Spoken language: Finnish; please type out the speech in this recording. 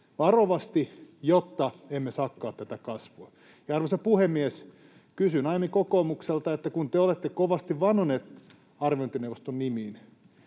varovasti, jotta emme sakkaa tätä kasvua. Arvoisa puhemies! Kysyin aiemmin kokoomukselta, että kun te olette kovasti vannoneet arviointineuvoston nimiin